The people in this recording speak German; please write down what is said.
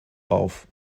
auf